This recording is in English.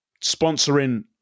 sponsoring